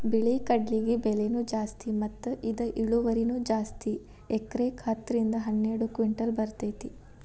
ಬಿಳಿ ಕಡ್ಲಿಗೆ ಬೆಲೆನೂ ಜಾಸ್ತಿ ಮತ್ತ ಇದ ಇಳುವರಿನೂ ಜಾಸ್ತಿ ಎಕರೆಕ ಹತ್ತ ರಿಂದ ಹನ್ನೆರಡು ಕಿಂಟಲ್ ಬರ್ತೈತಿ